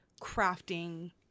crafting